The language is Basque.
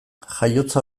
jaiotza